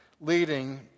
leading